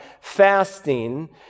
fasting